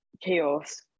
chaos